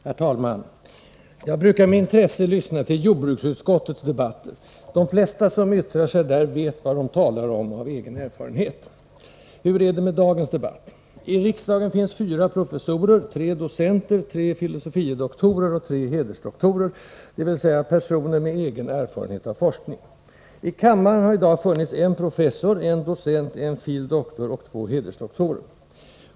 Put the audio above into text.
Herr talman! Jag brukar med intresse lyssna till jordbruksutskottets debatter. De flesta som yttrar sig där vet vad de talar om, av egen erfarenhet. Hur är det då med dagens debatt? I riksdagen finns det fyra professorer, tre 57 docenter, fyra filosofie doktorer och tre hedersdoktorer — dvs. personer med egen erfarenhet av forskning. I kammaren har i dag funnits en professor, en docent, en filosofie doktor och två hedersdoktorer.